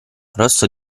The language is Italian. rosso